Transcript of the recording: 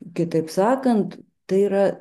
kitaip sakant tai yra